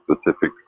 specific